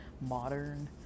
modern